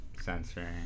censoring